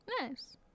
nice